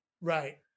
right